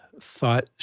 thought